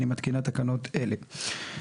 אני מתקינה תקנות אלה: